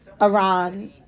Iran